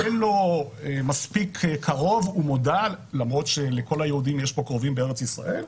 אין לו מספיק קרוב --- למרות שלכל היהודים יש קרובים בארץ ישראל,